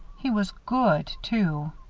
he was good, too.